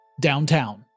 downtown